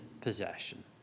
possession